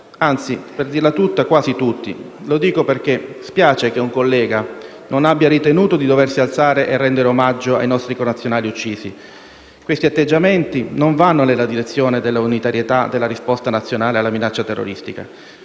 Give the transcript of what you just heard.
anzi, per dirla tutta, quasi tutti. Lo dico perché spiace che un collega non abbia ritenuto di doversi alzare e rendere omaggio ai nostri connazionali uccisi. Questi atteggiamenti non vanno nella direzione dell'unitarietà della risposta nazionale alla minaccia terroristica.